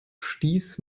stieß